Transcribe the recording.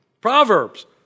Proverbs